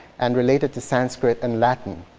and related to sanskrit and latin.